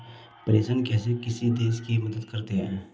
प्रेषण कैसे किसी देश की मदद करते हैं?